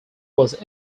was